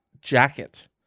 jacket